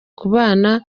kubana